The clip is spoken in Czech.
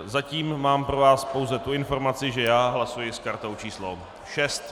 Zatím mám pro vás pouze tu informaci, že já hlasuji s kartou číslo 6.